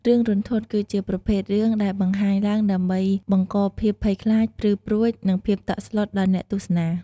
រឿងរន្ធត់ គឺជាប្រភេទរឿងដែលបង្កើតឡើងដើម្បីបង្កភាពភ័យខ្លាច ព្រឺព្រួច និងភាពតក់ស្លុតដល់អ្នកទស្សនា។